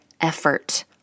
effort